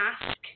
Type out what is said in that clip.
ask